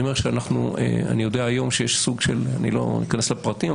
אני לא אכנס לפרטים,